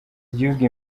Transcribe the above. igihugu